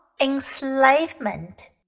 enslavement